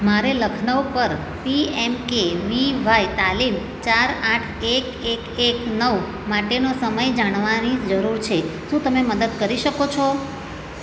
મારે લખનઉ પર P M K V Y તાલીમ ચાર આઠ એક એક એક નવ માટેનો સમય જાણવાની જરૂર છે શું તમે મદદ કરી શકો છો